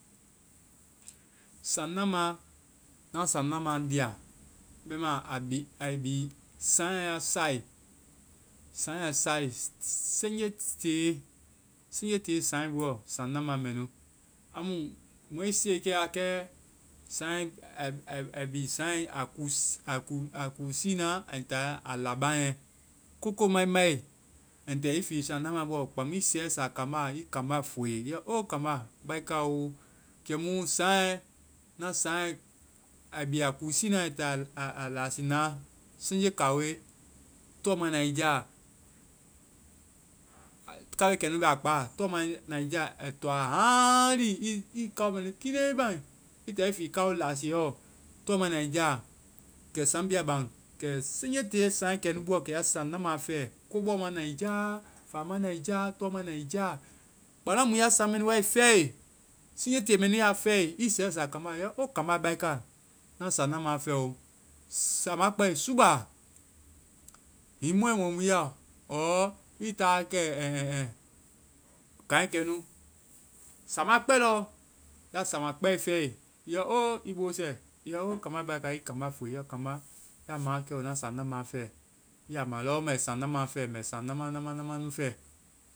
Saŋ namãa. Na saŋ namaa lia. Bɛma a bi-ai bi saŋɛ a saae, saŋ saae, siŋje tee, siŋje tee saŋɛ buɔ, saŋ nama mɛ nu. Amu mɔ i siiekɛ wa kɛ-saŋɛ, ai bi saŋɛ a kúu-a kúu sii na, saŋɛ a laabaŋɛ, ko ko ma i mae, ai ta i fi saŋ nama buɔ, kpaŋmu i sɛ sa kambá la. I kambá fue. I yɔ o, kambá! Baika o. Kɛmu ŋ kuŋ saŋɛ-na saŋɛ, ai bi a kúu sii na ai ta a lasii na, siŋje kaoe, tɔ ma na ŋ jáa. Kaoe kɛmu bɛ a kpaa, tɔ ma na ŋ jaa ai toaɔ haaŋlii kao mɛ kiinɛii baŋ. I taa i ke kao lasiiɛɔ tɔ ma na i ja. Kɛ saŋ bi a baŋ. Kɛ senje tee saŋ mɛ nu buɔ kɛ ya saŋ nama fɛ. Ko bɔ ma na i jáa, faa ma na i jaa, problem ma na i jaa. Kpaŋ lɔɔ mu ya saŋ mɛ nu fɛe, siŋje tee mɛ nu ya fɛe, i sɛsaa kambá la, o, kambá baika. Na saŋ nama fɛo. Samaa kpɛe, suuba, hiŋi mɔɛmɔ mu i ya <english-or> i ta wa kɛ kaŋɛ kɛ nu, samaa kpɛe lɔɔ. Ya samãa kpɛe fɛe, i yɔ o, i bo sɛ, i yɔ o, kambá i kambá fuue, kambá, yaa ma wa kɛ o. Na saŋ nama fɛ. I ya ma lɔ mɛ saŋ nama fɛ. Mɛ saŋ nama, nama, nama nu fɛ.